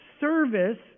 service